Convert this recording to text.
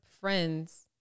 friends